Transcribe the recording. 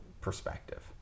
perspective